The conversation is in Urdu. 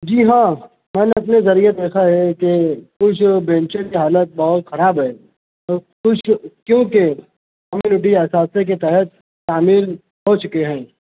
جی ہاں میں نے اپنے ذریعے دیکھا ہے کہ کچھ بینچیز کی حالت بہت خراب ہے کیونکہ حکم کے اثاثے کے تحت تعمیل ہو چکے ہیں